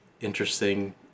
interesting